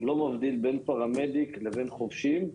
לא מבדיל בין פרמדיקים לבין חובשים,